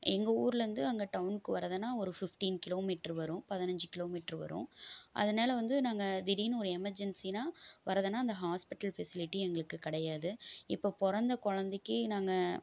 எங்கள் ஊர்லருந்து அங்கே டவுன்க்கு வரதுனா ஒரு ஃபிஃப்டீன் கிலோ மீட்ரு வரும் பதினைஞ்சி கிலோ மீட்ரு வரும் அதனால் வந்து நாங்கள் திடீர்னு ஒரு எமர்ஜெண்சின்னா வரதுனா அந்த ஹாஸ்பிட்டல் ஃபெசிலிட்டி எங்களுக்கு கிடையாது இப்போ பிறந்த குழந்தைக்கி நாங்கள்